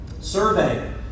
Survey